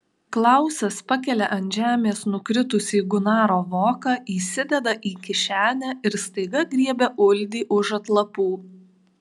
klausas pakelia ant žemės nukritusį gunaro voką įsideda į kišenę ir staiga griebia uldį už atlapų